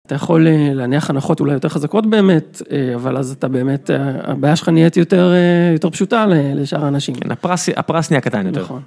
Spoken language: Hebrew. אתה יכול להניח הנחות אולי יותר חזקות באמת אבל אז אתה באמת הבעיה שלך נהיית יותר פשוטה לשאר האנשים. כן הפרס נהיה קטן יותר.